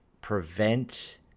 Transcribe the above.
prevent